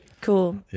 Cool